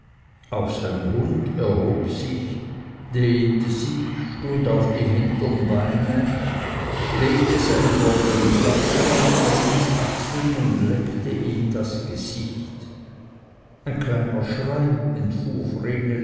auch sein hund erhob sich dehnte sich stund auf die hintern beine legte seine vordern tatzen auf vrenelis achseln und leckte ihm das gesicht ein kleiner schrei